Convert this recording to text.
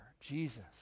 Jesus